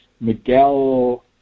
Miguel